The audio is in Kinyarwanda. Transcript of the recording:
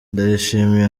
ndayishimiye